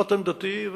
זאת עמדתי,